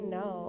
no